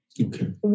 Okay